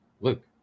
Luke